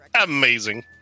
amazing